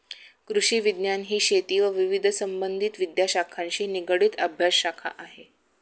कृषिविज्ञान ही शेती व विविध संबंधित विद्याशाखांशी निगडित अभ्यासशाखा आहे